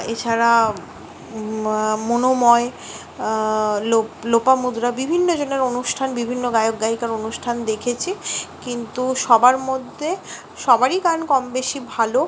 এছাড়া মনোময় লোপামুদ্রা বিভিন্নজনের অনুষ্ঠান বিভিন্ন গায়ক গায়িকার অনুষ্ঠান দেখেছি কিন্তু সবার মধ্যে সবারই গান কম বেশি ভালো